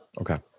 Okay